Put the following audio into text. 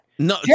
No